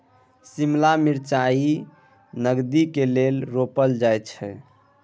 शिमला मिरचाई नगदीक लेल रोपल जाई छै